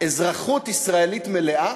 אזרחות ישראלית מלאה,